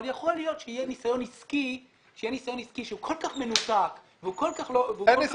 אבל יכול להיות שיהיה ניסיון עסקי שהוא כל כך מנותק והוא כל כך לא קשור.